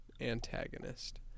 antagonist